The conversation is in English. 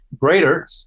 greater